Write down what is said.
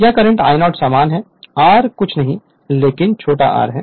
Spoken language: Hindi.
यह करंट I0 समान है R कुछ नहीं लेकिन छोटे r है